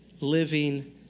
living